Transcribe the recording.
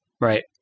right